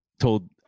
told